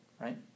right